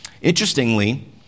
Interestingly